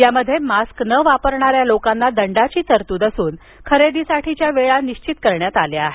यामध्ये मास्क न वापरणाऱ्या लोकांना दंडाची तरतूद असून खरेदीसाठीच्या वेळा निश्चित करण्यात आल्या आहेत